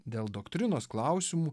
dėl doktrinos klausimų